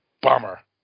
Bummer